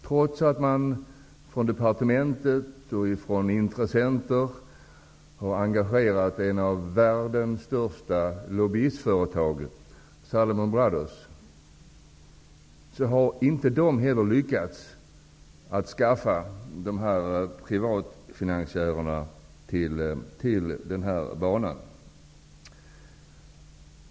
Trots att man från departementet och från intressenter har engagerat en av världens största lobbyistföretag, Salomon Brothers, har inte heller detta företag lyckats att skaffa dessa privatfinansiärer till denna bana.